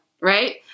Right